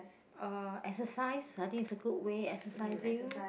uh exercise I think it's a good way exercising